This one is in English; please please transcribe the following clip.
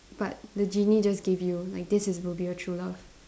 but the genie just give you like this is will be your true love